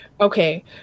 Okay